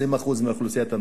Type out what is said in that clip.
20% מאוכלוסיית המדינה,